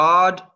God